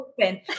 open